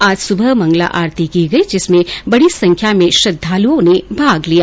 आज सुबह मंगला आरती की गई जिसमें बडी संख्या में श्रद्वालुओं ने भाग लिया